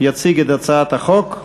יציג את הצעת החוק.